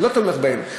לא תומך בהם.